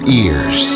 ears